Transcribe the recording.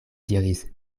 diris